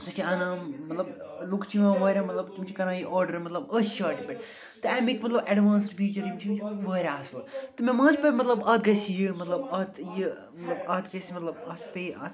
سُہ چھِ اَنان مطلب لُکھ چھِ یِوان وارِیاہ مطلب تِم چھِ کَران یہِ آرڈر مطلب أتھۍ شاٹہِ پٮ۪ٹھ تہٕ اَمِکۍ مطلب اٮ۪ڈوانٕس یِم چھِ یِم چھِ وارِیاہ اصٕل تہٕ مےٚ ما ٲسۍ پَے مطلب اَتھ گَژھِ یہِ مطلب اَتھ یہِ اَتھ گژھِ مطلب اَتھ پے اَتھ